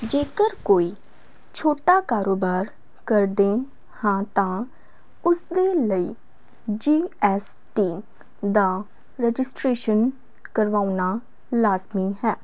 ਜੇਕਰ ਕੋਈ ਛੋਟਾ ਕਾਰੋਬਾਰ ਕਰਦੇ ਹਾਂ ਤਾਂ ਉਸਦੇ ਲਈ ਜੀਐਸਟੀ ਦਾ ਰਜਿਸਟਰੇਸ਼ਨ ਕਰਵਾਉਣਾ ਲਾਜ਼ਮੀ ਹੈ